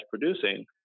producing